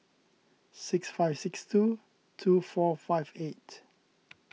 six five six two two four five eight